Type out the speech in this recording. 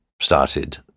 started